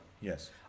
yes